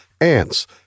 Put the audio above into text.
ants